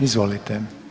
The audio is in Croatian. Izvolite.